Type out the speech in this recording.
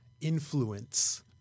influence